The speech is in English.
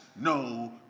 no